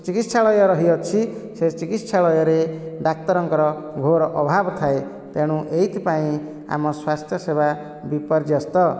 ଚିକିତ୍ସାଳୟ ରହିଅଛି ସେ ଚିକିତ୍ସାଳୟରେ ଡାକ୍ତରଙ୍କର ଘୋର ଅଭାବ ଥାଏ ତେଣୁ ଏହିଥିପାଇଁ ଆମ ସ୍ୱାସ୍ଥ୍ୟ ସେବା ବିପର୍ଯ୍ୟସ୍ତ